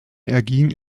erging